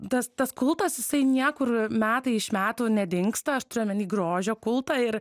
tas tas kultas jisai niekur metai iš metų nedingsta aš turiu omeny grožio kultą ir